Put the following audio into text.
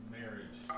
marriage